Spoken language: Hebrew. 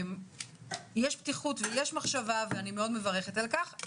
יש פתיחות ויש מחשבה ואני מברכת על כך,